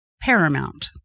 paramount